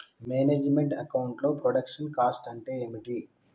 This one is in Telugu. మేనేజ్ మెంట్ అకౌంట్ లో ప్రొడక్షన్ కాస్ట్ అంటే ఏమిటి?